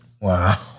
Wow